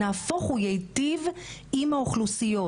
נהפוך הוא ייטיב עם האוכלוסיות.